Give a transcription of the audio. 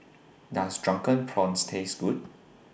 Does Drunken Prawns Taste Good